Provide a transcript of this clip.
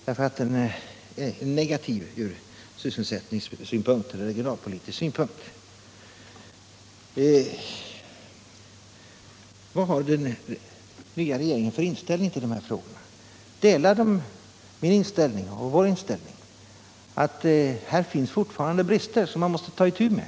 Investeringen måste vara negativ ur sysselsättningssynpunkt eller ur regionalpolitisk synpunkt om den skall kunna avvisas. Vad har den nya regeringen för inställning till de här frågorna? Delar den min och socialdemokratins inställning att det här fortfarande finns brister som man måste ta itu med?